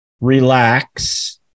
relax